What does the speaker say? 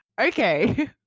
okay